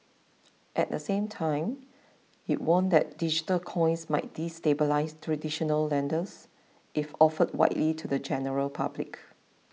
at the same time it warned that digital coins might destabilise traditional lenders if offered widely to the general public